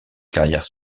carrière